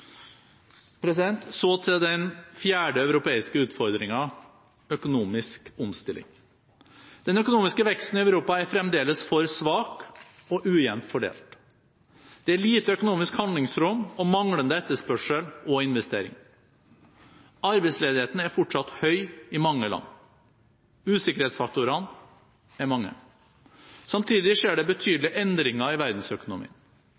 Så til den fjerde europeiske utfordringen: økonomisk omstilling. Den økonomiske veksten i Europa er fremdeles for svak og ujevnt fordelt. Det er lite økonomisk handlingsrom og manglende etterspørsel og investeringer. Arbeidsledigheten er fortsatt høy i mange land. Usikkerhetsfaktorene er mange. Samtidig skjer det